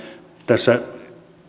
tässä